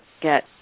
get